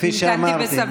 כפי שאמרתי,